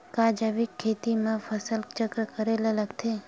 का जैविक खेती म फसल चक्र करे ल लगथे?